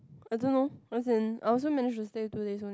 I don't know as in I also managed to stay two days only